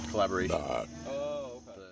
collaboration